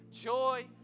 joy